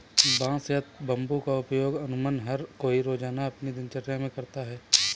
बांस या बम्बू का उपयोग अमुमन हर कोई रोज़ाना अपनी दिनचर्या मे करता है